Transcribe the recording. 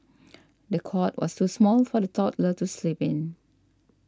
the cot was too small for the toddler to sleep in